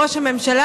ראש הממשלה,